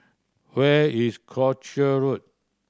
where is Croucher Road